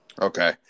Okay